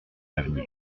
l’avenir